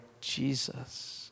Jesus